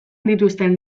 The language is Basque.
dituzten